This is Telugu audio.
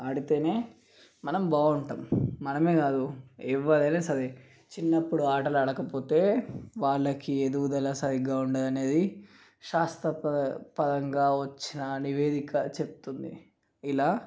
ఆడితేనే మనం బాగుంటాము మనమే కాదు ఎవరైనా సరే చిన్నపుడు ఆటలు ఆడకపోతే వాళ్ళకి ఎదుగుదల సరిగ్గా ఉండదు అనేది శాస్త్రపరంగా వచ్చిన నివేదిక చెప్తుంది ఎలా